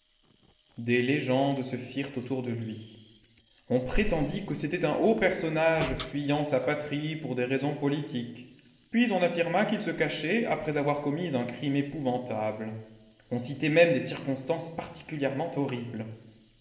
des léo endes se firent autour de lui on prétendit que c'était un haut personnage fuyant sa patrie pour des raisons politiques puis on affirma qu'il se cachait après avoir commis un crime épouvantable on citait même des circonstances particulièrement horribles